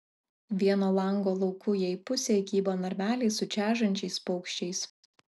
vieno lango laukujėj pusėj kybo narveliai su čežančiais paukščiais